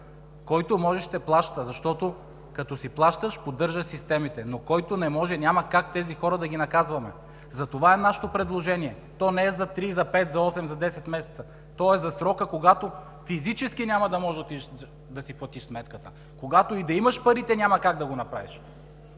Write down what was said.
щаб, ще плаща, защото, като си плащаш, поддържаш системите. Но който не може – няма как тези хора да ги наказваме. За това е нашето предложение – то не е за 3, за 5, за 8, за 10 месеца, а е за срока, когато физически няма да можеш да отидеш да си платиш сметката! Когато и да имаш парите, няма как да го направиш!